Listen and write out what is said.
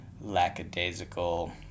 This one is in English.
lackadaisical